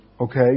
Okay